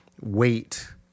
weight